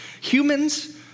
Humans